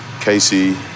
Casey